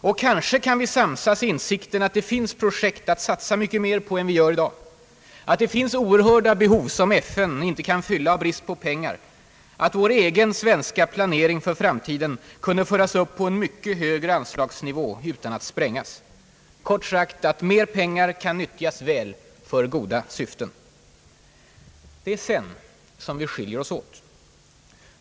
Och kanske kan vi samsas i insikten att det finns projekt att satsa mycket mer på än vi gör i dag, att det finns oerhörda behov som FN inte kan fylla av brist på pengar, att vår egen svenska planering för framtiden kunde föras upp på en mycket högre anslagsnivå utan att sprängas. Kort sagt: att mera pengar kan nyttjas väl för goda syften. Det är sedan vi skiljer oss åt.